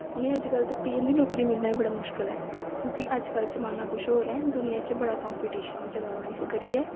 उ'नें अज्ज कल ते पियन दी नौकरी मिलना बी बड़ी मुश्कल ऐ क्योंकि अज्ज कल जमान्ना कुछ होर ऐ दुनियां च बड़ा कंपिटिशन ऐ चला दा इस करियै